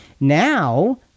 Now